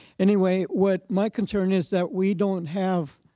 anyway, what my concern is that we don't have